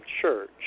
church